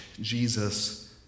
Jesus